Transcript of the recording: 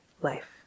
life